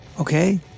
okay